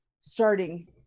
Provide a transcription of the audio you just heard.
starting